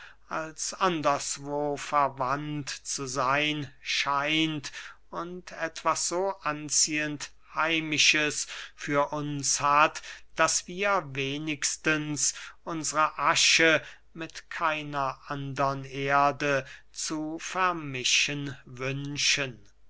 als anderswo verwandt zu seyn scheint und etwas so anziehend heimisches für uns hat daß wir wenigstens unsre asche mit keiner andern erde zu vermischen wünschen